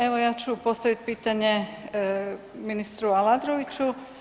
Evo ja ću postaviti pitanje ministru Aladroviću.